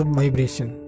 vibration